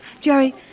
Jerry